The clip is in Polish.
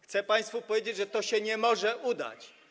Chcę państwu powiedzieć, że to się nie może udać.